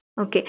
Okay